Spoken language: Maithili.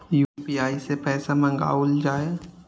यू.पी.आई सै पैसा मंगाउल जाय?